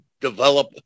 develop